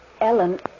Ellen